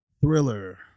Thriller